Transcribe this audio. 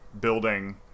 building